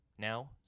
Now